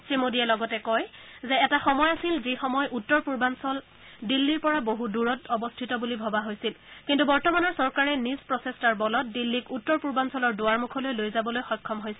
শ্ৰীমোডীয়ে লগতে কয় যে এটা সময় আছিল যি সময় উত্তৰ পূৰ্বাঞ্চল দিল্লীৰ পৰা বহু দূৰত অৱস্থিত বুলি ভবা হৈছিল কিন্তু বৰ্তমানৰ চৰকাৰে নিজ প্ৰচেষ্টাৰ বলত দিল্লীক উত্তৰ পূৰ্বাঞ্চলৰ দুৱাৰমুখলৈ লৈ যাবলৈ সক্ষম হৈছে